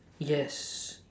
yes